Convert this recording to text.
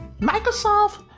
Microsoft